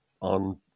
on